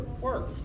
work